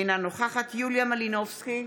אינה נוכחת יוליה מלינובסקי